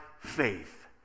faith